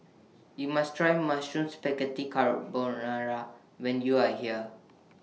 YOU must Try Mushroom Spaghetti Carbonara when YOU Are here